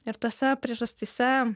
ir tose priežastyse